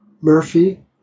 Murphy